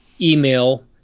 email